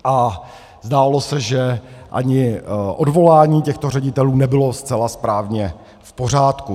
A zdálo se, že ani odvolání těchto ředitelů nebylo zcela správně v pořádku.